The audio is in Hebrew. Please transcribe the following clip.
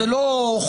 זה לא חוק,